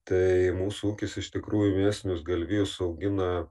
tai mūsų ūkis iš tikrųjų mėsinius galvijus augina